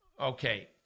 okay